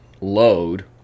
load